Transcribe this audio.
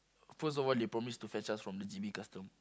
first of all they promise to fetch us from the J_B custom